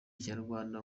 kinyarwanda